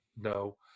No